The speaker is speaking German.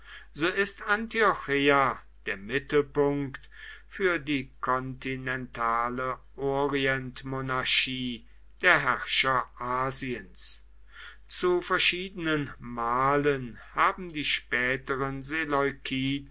so ist antiocheia der mittelpunkt für die kontinentale orientmonarchie der herrscher asiens zu verschiedenen malen haben die späteren